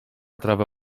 trawę